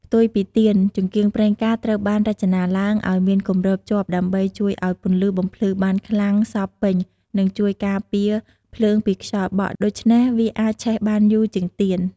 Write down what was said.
ផ្ទុយពីទៀន ចង្កៀងប្រេងកាតត្រូវបានរចនាឡើងឲ្យមានគម្របជាប់ដើម្បីជួយឲ្យពន្លឺបំភ្លឺបានខ្លាំងសព្វពេញ និងជួយការពារភ្លើងពីខ្យល់បក់ ដូច្នេះវាអាចឆេះបានយូរជាងទៀន។